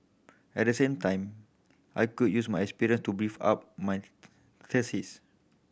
at the same time I could use my experience to beef up my thesis